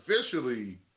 officially